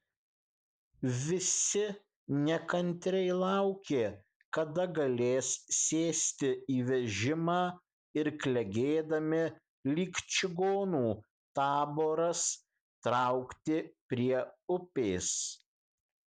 visi nekantriai laukė kada galės sėsti į vežimą ir klegėdami lyg čigonų taboras traukti prie upės